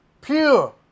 pure